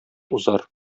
узар